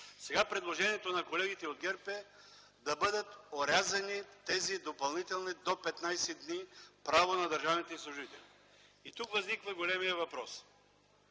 Сега предложението на колегите от ГЕРБ е да бъдат орязани тези допълнителни „до 15 дни” права на държавните служители. Тук възниква големият въпрос: